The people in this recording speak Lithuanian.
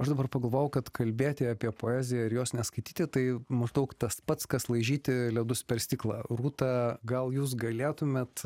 aš dabar pagalvojau kad kalbėti apie poeziją ir jos neskaityti tai maždaug tas pats kas laižyti ledus per stiklą rūta gal jūs galėtumėt